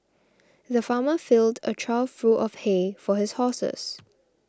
the farmer filled a trough full of hay for his horses